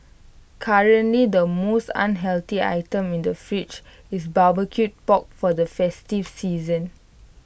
currently the most unhealthy item in the fridge is barbecued pork for the festive season